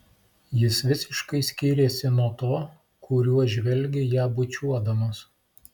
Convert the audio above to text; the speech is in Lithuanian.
jis visiškai skyrėsi nuo to kuriuo žvelgė ją bučiuodamas